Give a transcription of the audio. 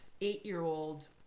eight-year-old